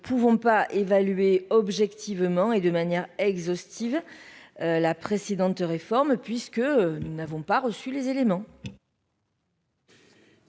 ne pouvons pas évaluer objectivement et de manière exhaustive la précédente réforme puisque nous n'avons pas reçu les éléments.